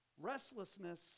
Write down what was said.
Restlessness